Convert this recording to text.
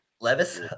Levis